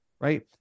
right